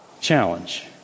challenge